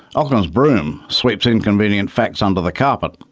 ockham's broom sweeps inconvenient facts under the carpet.